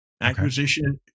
Acquisition